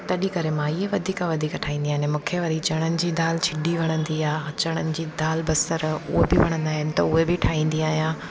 तॾी करे मां इहे वधीक वधीक ठाहींदी आहियां अने मूंखे वरी चणनि जी दाल छिॾी वणंदी आहे चणनि जी दाल बसर उहा बि वणंदा आहिनि त उहे बि ठाहींदी आहियां